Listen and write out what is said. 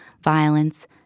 violence